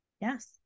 Yes